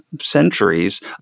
centuries